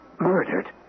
Murdered